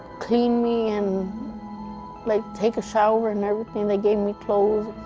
cleaned me, and like, take a shower and everything. they gave me clothes.